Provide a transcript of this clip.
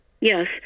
Yes